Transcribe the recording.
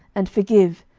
and forgive,